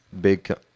big